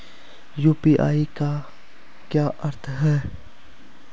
UPI का क्या अर्थ है?